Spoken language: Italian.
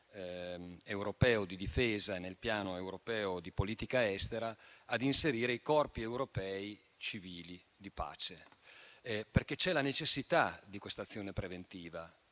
europeo di difesa e nel piano europeo di politica estera i corpi europei civili di pace, perché si avverte la necessità di questa azione preventiva.